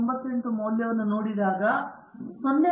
98 ಮೌಲ್ಯವನ್ನು ನೋಡಿದಾಗ 0